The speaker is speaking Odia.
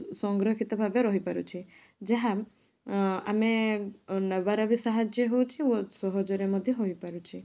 ସଂରକ୍ଷିତ ଭାବେ ରହିପାରୁଛି ଯାହା ଆମେ ନେବାରେ ବି ସାହାଯ୍ୟ ହେଉଛି ସହଜରେ ମଧ୍ୟ ହୋଇପାରୁଛି